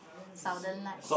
southern lights